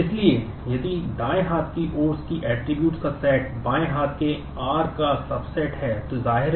इसलिए यदि दाएं हाथ की ओर की ऐट्रिब्यूट्स कहा जाता है